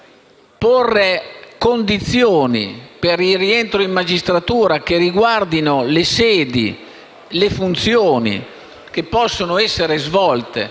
porre condizioni per il rientro in magistratura che riguardino le sedi e le funzioni che possono essere svolte,